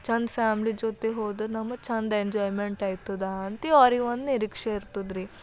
ಚೆಂದ ಫ್ಯಾಮ್ಲಿ ಜೊತೆ ಹೋದ್ರೆ ನಮಗೆ ಚೆಂದ ಎಂಜಾಯ್ಮೆಂಟ್ ಆಯ್ತದ ಅಂತ ಅವ್ರಿಗೊಂದು ನಿರೀಕ್ಷೆ ಇರ್ತದ್ರಿ